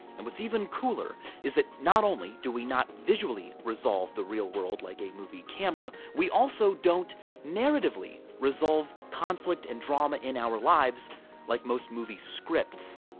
and what's even cooler is that not only do we not visually resolve the real world, like a movie camera, we also don't narratively resolve conflict and drama in our lives like most movie scripts.